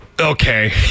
Okay